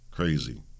Crazy